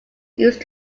used